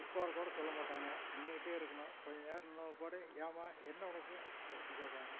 உட்காரக்கூட சொல்ல மாட்டாங்க நின்றுக்கிட்டே இருக்கணும் கொஞ்சம் நேரம் நின்ற பிற்பாடு ஏம்மா என்ன உனக்கு அப்படின்ட்டு கேட்பாங்க